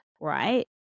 right